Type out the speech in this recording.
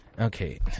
Okay